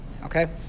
Okay